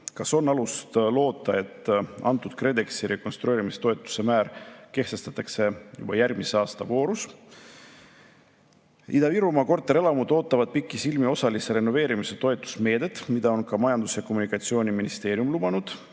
Kas on alust loota, et antud KredExi rekonstrueerimistoetuse määr kehtestatakse juba järgmise aasta voorus? Ida-Virumaa korterelamud ootavad pikisilmi osalise renoveerimise toetusmeedet, mida ka Majandus‑ ja Kommunikatsiooniministeerium on lubanud.